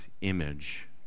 image